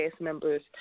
members